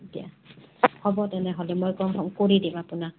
দিয়া হ'ব তেনেহ'লে মই কনফৰ্ম কৰি দিম আপোনাক